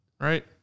Right